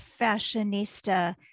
fashionista